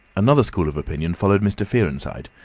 another school of opinion followed mr. fearenside,